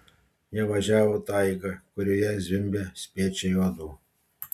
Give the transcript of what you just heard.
jie važiavo taiga kurioje zvimbė spiečiai uodų